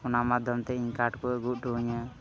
ᱚᱱᱟ ᱢᱟᱫᱫᱷᱚᱢ ᱛᱮ ᱤᱧ ᱠᱟᱨᱰ ᱠᱚ ᱟᱹᱜᱩ ᱦᱚᱴᱚ ᱟᱹᱧᱟ